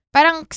Parang